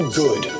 good